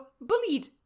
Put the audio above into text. bullied